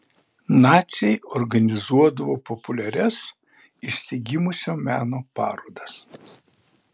naciai organizuodavo populiarias išsigimusio meno parodas